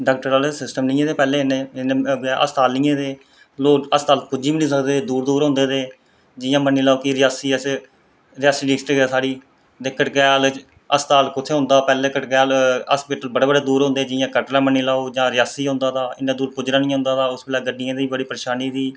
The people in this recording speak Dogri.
डाक्टर आह्ले इन्ने सिस्टम नी ऐहे हे इन्ने लोग हस्पताल पुज्जी बी नी कसदे हे दूर दूर होंदे हे जियां मन्नी लाओ कि रियासी डिस्टिक ऐ साढ़ी ते कड़कैल च पैह्लैं हस्पताल कुत्थें होंदा हा पैह्लैं हस्पिटल दूक दूर होंदे कटरै मन्नी लाओ जां रियासी पुज्जना नी होंदा हा उसलै गड्डियें दी बड़े परेशानी होंदी ही